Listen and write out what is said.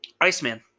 Iceman